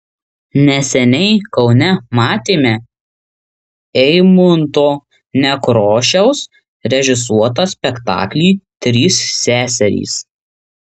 neseniai kaune matėme eimunto nekrošiaus režisuotą spektaklį trys seserys